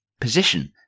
position